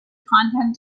content